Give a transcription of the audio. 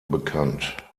bekannt